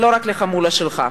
ולא רק לחמולה שלך.